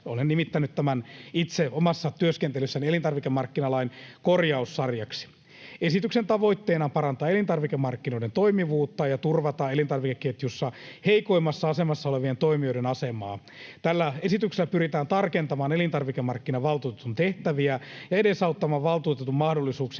olen nimittänyt tämän itse omassa työskentelyssäni elintarvikemarkkinalain korjaussarjaksi. Esityksen tavoitteena on parantaa elintarvikemarkkinoiden toimivuutta ja turvata elintarvikeketjussa heikoimmassa asemassa olevien toimijoiden asemaa. Tällä esityksellä pyritään tarkentamaan elintarvikemarkkinavaltuutetun tehtäviä ja edesauttamaan valtuutetun mahdollisuuksia